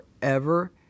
forever